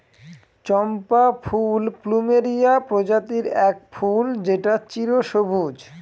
চম্পা ফুল প্লুমেরিয়া প্রজাতির এক ফুল যেটা চিরসবুজ